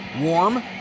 warm